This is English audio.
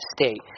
state